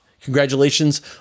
Congratulations